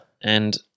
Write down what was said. And-